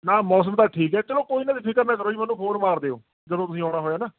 ਨਾ ਮੌਸਮ ਤਾਂ ਠੀਕ ਹੈ ਚਲੋ ਕੋਈ ਨਾ ਤੁਸੀਂ ਫਿਕਰ ਨਾ ਕਰੋ ਜੀ ਮੈਨੂੰ ਫ਼ੋਨ ਮਾਰ ਦਿਓ ਜਦੋਂ ਤੁਸੀਂ ਆਉਣਾ ਹੋਇਆ ਨਾ